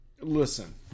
Listen